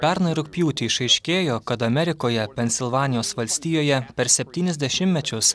pernai rugpjūtį išaiškėjo kad amerikoje pensilvanijos valstijoje per septynis dešimtmečius